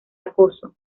acoso